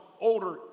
older